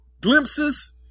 glimpses